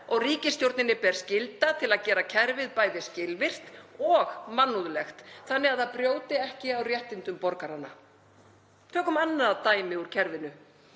og ríkisstjórninni ber skylda til að gera það bæði skilvirkt og mannúðlegt þannig að það brjóti ekki á réttindum borgaranna. Tökum annað dæmi úr kerfinu.